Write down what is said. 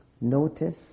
notice